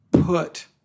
put –